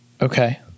Okay